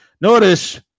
Notice